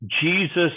jesus